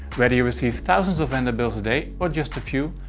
whether you receive thousands of vendor bills a day or just a few,